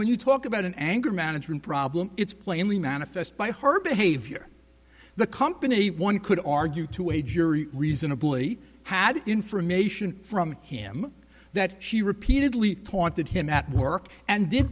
when you talk about an anger management problem it's plainly manifest by her behavior the company one could argue to a jury reasonably had information from him that she repeatedly pointed him at work and did